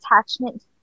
attachment